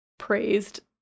praised